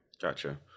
Gotcha